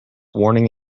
warning